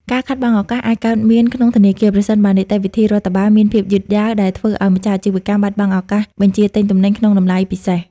ការខាតបង់ឱកាសអាចកើតមានក្នុងធនាគារ ប្រសិនបើនីតិវិធីរដ្ឋបាលមានភាពយឺតយ៉ាវ ដែលធ្វើឱ្យម្ចាស់អាជីវកម្មបាត់បង់ឱកាសបញ្ជាទិញទំនិញក្នុងតម្លៃពិសេស។